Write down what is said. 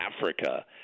Africa –